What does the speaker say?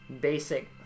basic